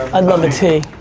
i'd love a tea.